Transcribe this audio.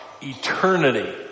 eternity